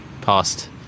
past